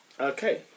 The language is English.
Okay